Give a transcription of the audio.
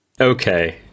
okay